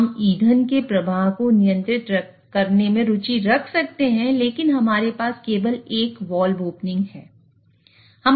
हम ईंधन के प्रवाह को नियंत्रित करने में रुचि रख सकते हैं लेकिन हमारे पास केवल एक वाल्व ओपनिंग है